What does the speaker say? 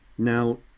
Now